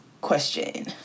question